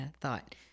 thought